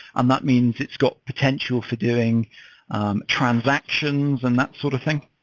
and that means it's got potential for doing transactions and that sort of thing.